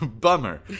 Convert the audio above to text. bummer